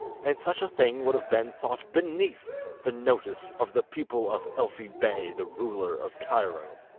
and such a thing would have been thought beneath the notice of the pupil of elfi bey, the ruler of cairo